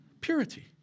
Purity